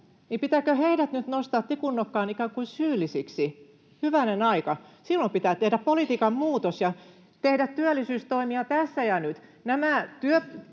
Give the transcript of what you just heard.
Pitääkö heidät nyt nostaa tikunnokkaan ikään kuin syyllisiksi? Hyvänen aika, silloin pitää tehdä politiikan muutos ja tehdä työllisyystoimia tässä ja nyt.